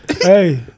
Hey